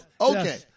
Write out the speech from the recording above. Okay